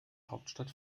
hauptstadt